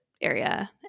area